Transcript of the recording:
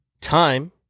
time